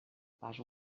pas